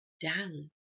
down